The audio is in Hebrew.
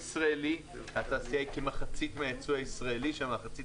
התעשייה היא כמחצית מהייצוא הישראלי כשהמחצית